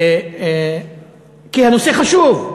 כי הנושא חשוב,